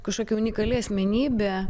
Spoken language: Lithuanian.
kažkokia unikali asmenybė